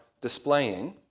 displaying